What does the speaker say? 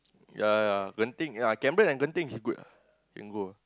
ya ya ya Genting ya Cameron and Genting is good ah can go